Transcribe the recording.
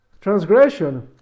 transgression